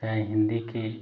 या हिंदी के